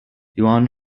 yuan